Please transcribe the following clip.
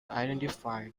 identify